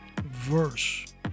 verse